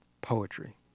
poetry